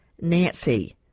nancy